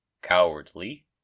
cowardly